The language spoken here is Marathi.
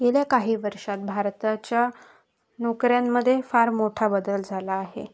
गेल्या काही वर्षात भारताच्या नोकऱ्यांमध्ये फार मोठा बदल झाला आहे